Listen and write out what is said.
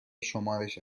شمارش